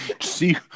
See